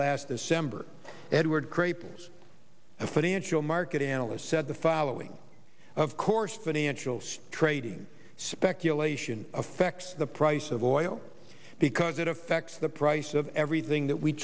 last december eduard creepers and financial market analysts said the following of course financials trading speculation affects the price of oil because it affects the price of everything